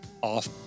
off